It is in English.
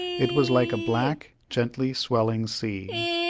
it was like a black, gently swelling sea.